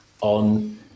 on